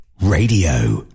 Radio